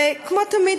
וכמו תמיד,